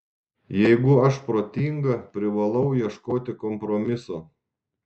jeigu aš protinga privalau ieškoti kompromiso